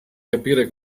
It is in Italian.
capire